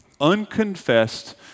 Unconfessed